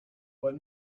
what